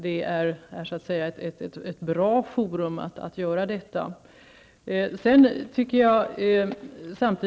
Det är så att säga ett bra forum att göra detta i.